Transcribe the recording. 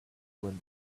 when